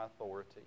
authority